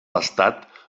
estat